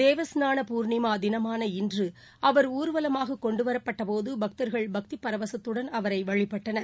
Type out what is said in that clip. தேவஸ்நான பூர்ணிமா தினமான இன்று அவர் ஊர்வலமாக கொண்டு வரப்பட்ட போது பக்தர்கள் பக்தி பரவசத்துடன் அவரை வழிபட்டார்கள்